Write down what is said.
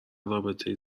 رابطه